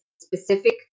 specific